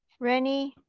rennie,